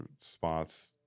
spots